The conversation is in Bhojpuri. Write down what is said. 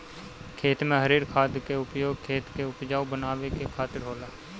खेत में हरिर खाद के उपयोग खेत के उपजाऊ बनावे के खातिर होला